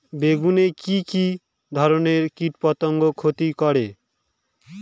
বেগুনে কি কী ধরনের কীটপতঙ্গ ক্ষতি করে?